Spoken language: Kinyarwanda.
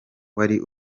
wari